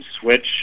switch